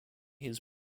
his